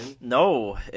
No